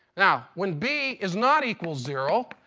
now when b is not equal zero,